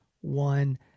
one